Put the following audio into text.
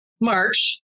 March